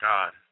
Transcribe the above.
God